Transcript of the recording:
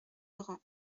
grand